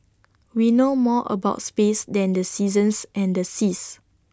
we know more about space than the seasons and the seas